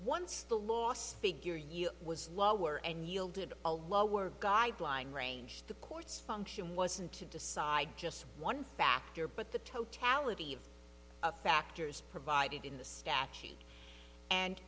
once the last figure was lower and yielded a lower guideline range the court's function wasn't to decide just one factor but the totality of factors provided in the statute and